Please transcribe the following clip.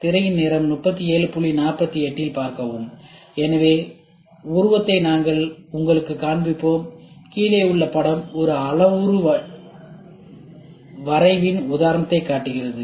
திரையின் நேரம் 3748 இல் பார்க்கவும் கீழே உள்ள படம் ஒரு அளவுரு வரைவின் உதாரணத்தைக் காட்டுகிறது